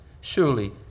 Surely